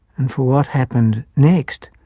and for what happened next,